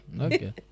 Okay